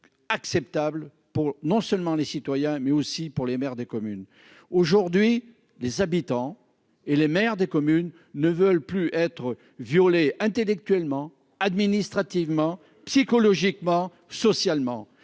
acceptable pour non seulement les citoyens mais aussi pour les maires des communes aujourd'hui les habitants et les maires des communes ne veulent plus être violée intellectuellement administrativement psychologiquement, socialement,